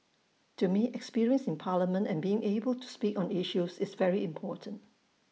to me experience in parliament and being able to speak on issues is very important